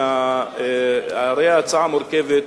הרי ההצעה מורכבת,